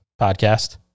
Podcast